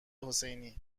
حسینی